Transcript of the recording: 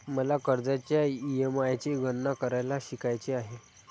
मला कर्जाच्या ई.एम.आय ची गणना करायला शिकायचे आहे